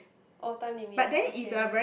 oh time limit okay